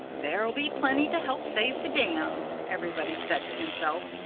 there'll be plenty to help save the dam, everybody said to himself.